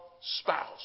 spouse